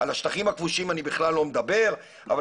על השטחים הכבושים אני בכלל לא מדבר אבל